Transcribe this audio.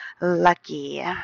lucky